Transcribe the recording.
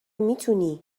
میتونی